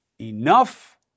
Enough